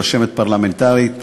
רשמת פרלמנטרית,